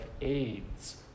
AIDS